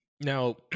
Now